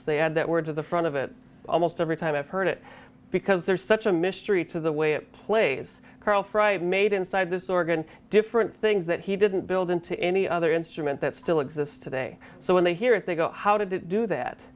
had that were to the front of it almost every time i've heard it because there's such a mystery to the way it plays karl fry it made inside this organ different things that he didn't build in to any other instrument that still exists today so when they hear it they go how did it do that